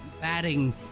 batting